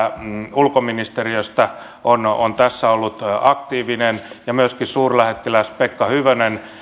ulkoministeriöstä on on tässä ollut aktiivinen ja myöskin suurlähettiläs pekka hyvönen